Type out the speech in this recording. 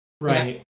right